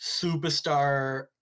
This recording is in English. superstar